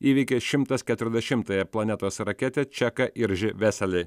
įveikė šimtas keturiasdešimtąją planetos raketę čeką iržį veselį